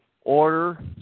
order